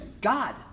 God